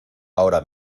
ahora